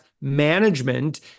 Management